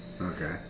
okay